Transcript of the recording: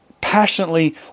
passionately